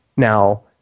Now